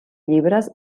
llibres